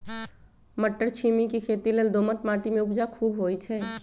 मट्टरछिमि के खेती लेल दोमट माटी में उपजा खुब होइ छइ